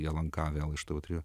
į lnk vėl iš tv trijų